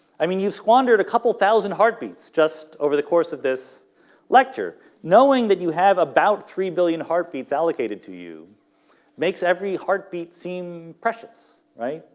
i mean you've squandered a couple thousand heartbeats just over the course of this lecture knowing that you have about three billion heartbeats allocated to you makes every heartbeat seem precious, right?